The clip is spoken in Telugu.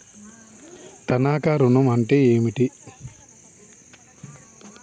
తనఖా ఋణం అంటే ఏంటిది?